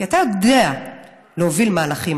כי אתה יודע להוביל מהלכים.